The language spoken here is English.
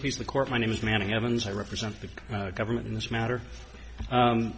please the court my name is manning evans i represent the government in this matter